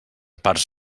parts